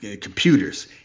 computers